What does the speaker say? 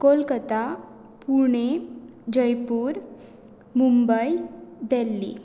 Kolkata Pune Jaipur Mumbai Delhi